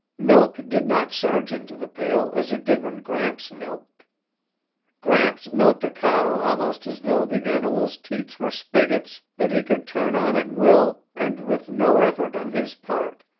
milk did not surge into the pail as it did when gramps milked gramps milked a cow almost as though the animal's teats were spigots that he could turn on at will and with no effort on his part.